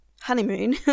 honeymoon